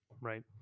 Right